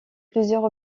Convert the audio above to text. plusieurs